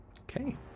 Okay